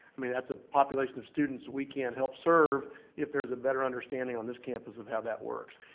i mean, that's a population of students we can help serve if there's a better understanding on this campus of how that works.